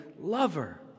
lover